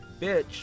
Bitch